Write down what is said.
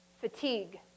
fatigue